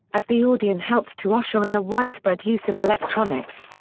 as the audion helped to usher in the widespread use of electronics.